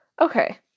Okay